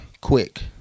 quick